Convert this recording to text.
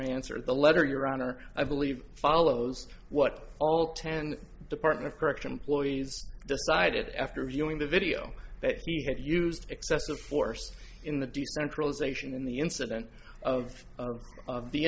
answer the letter your honor i believe follows what all ten department of correction ploys decided after viewing the video that he had used excessive force in the decentralization in the incident of of the